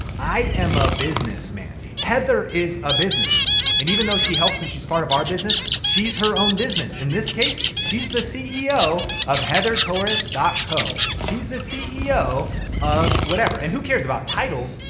i am a business, man. heather is a business and even though she helps, and she's part of our business, she's her own business. in this case, she's the ceo of heathertorres co. she's the ceo of whatever and who cares about titles.